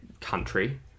country